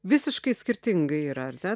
visiškai skirtingi yra ar ne